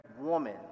woman